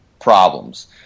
problems